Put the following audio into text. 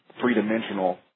three-dimensional